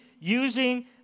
using